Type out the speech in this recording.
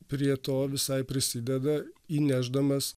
prie to visai prisideda įnešdamas